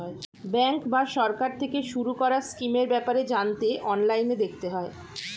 bank বা সরকার থেকে শুরু করা স্কিমের ব্যাপারে জানতে অনলাইনে দেখতে হয়